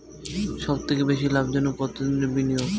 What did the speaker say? সবথেকে বেশি লাভজনক কতদিনের বিনিয়োগ?